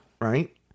right